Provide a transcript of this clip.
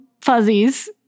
fuzzies